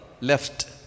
Left